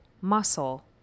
muscle